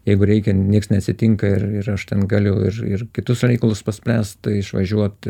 jeigu reikia nieks neatsitinka ir ir aš ten galiu ir ir kitus reikalus paspręst tai išvažiuot